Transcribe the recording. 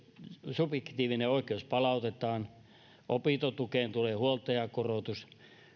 subjektiivinen oikeus palautetaan opintotukeen tulee huoltajakorotus